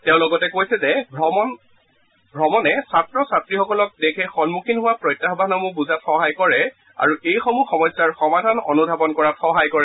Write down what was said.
তেওঁ লগতে কৈছে যে ভ্ৰমণে লগতে ছাত্ৰ ছাত্ৰীসকলক দেশে সন্মুখীন হোৱা প্ৰত্যাহানসমূহ বুজাত সহায় কৰে আৰু এই সমূহ সমস্যাৰ সমাধান অনুধাৱন কৰাত সহায় কৰে